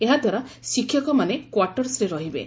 ଏହାଦ୍ୱାରା ଶିକ୍ଷକମାନେ କ୍ୱାର୍ଟର୍ସରେ ରହିବେ